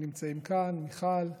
שנמצאים כאן, מיכל שיר,